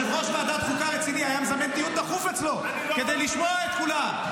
יושב-ראש ועדת חוקה רציני היה מזמן דיון דחוף על זה כדי לשמוע את כולם.